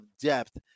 depth